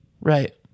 Right